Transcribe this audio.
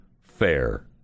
fair